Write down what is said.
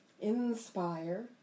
inspire